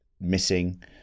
missing